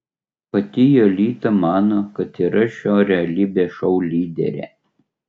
pati jolita mano kad yra šio realybės šou lyderė